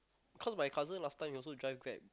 cause my cousin last time he also drive Grab